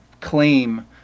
claim